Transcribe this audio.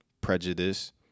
prejudice